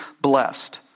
blessed